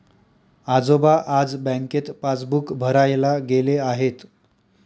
आजोबा आज बँकेत पासबुक भरायला गेले आहेत